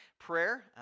prayer